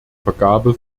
vergabe